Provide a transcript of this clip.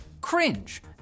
cringe